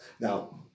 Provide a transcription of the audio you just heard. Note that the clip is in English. now